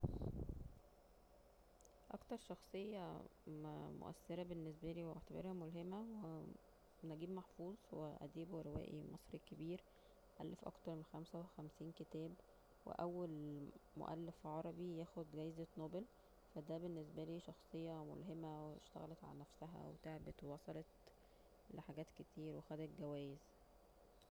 اكتر شخصية مؤثرة بالنسبالي واعتبرها ملهمة نجيب محفوظ هو اديب وروائي مصري كبير ألف اكتر من خمسه وخمسين كتاب واول مؤلف عربي ياخد جايزة نوبل فا دا بالنسبالي شخصية ملهمة واشتغلت على نفسها وتعبت ووصلت لحاجات كتير وخدت جوايز